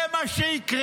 זה מה שיקרה.